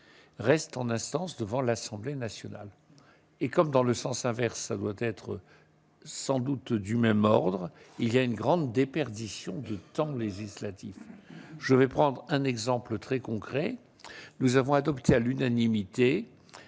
reste en instance devant l'Assemblée nationale et comme dans le sens inverse, ça doit être sans doute du même ordre, il y a une grande déperdition de temps législatif, je vais prendre un exemple très concret, nous avons adopté à l'unanimité